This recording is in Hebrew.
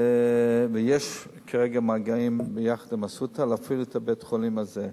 ויש כרגע מגעים ביחד עם "אסותא" להפעיל את בית-החולים הזה.